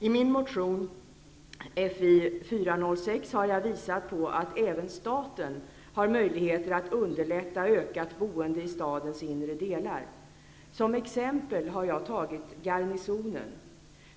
I min motion Fi406 har jag visat på att även staten har möjligheter att underlätta ökat boende i stadens inre delar. Som exempel har jag tagit Garnisonen.